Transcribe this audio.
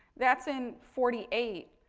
that's in forty eight.